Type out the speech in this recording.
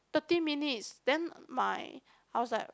thirty minutes then my I was like